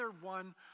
one